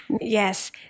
Yes